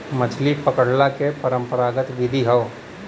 मछरी पकड़ला के परंपरागत विधि हौ